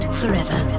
forever